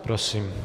Prosím.